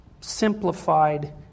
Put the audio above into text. simplified